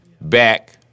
back